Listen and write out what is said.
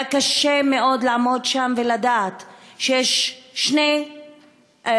היה קשה מאוד לעמוד שם ולדעת שיש שני אנשים,